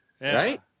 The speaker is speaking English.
Right